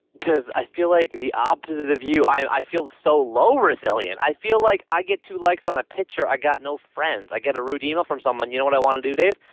because i feel like the opposite of you, i i feel so low resilient. i feel like i get two likes on a picture, i got no friends. i get a rude email from someone, you know what i want to do, dave?